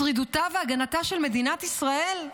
שרידותה והגנתה של מדינת ישראל?